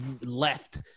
left